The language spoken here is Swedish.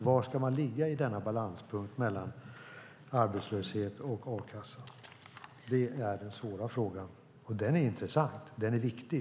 Var ska man ligga i denna balanspunkt mellan arbetslöshet och a-kassa? Det är den svåra frågan och den är intressant. Den är viktig.